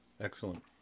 Excellent